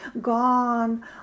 gone